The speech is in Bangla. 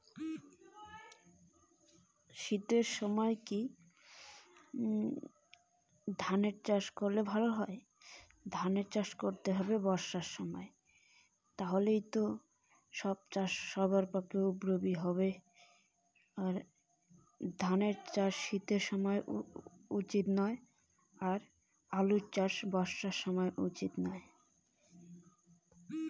কুন সময়ে কুন ফসলের চাষ করা উচিৎ না হয়?